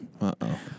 Uh-oh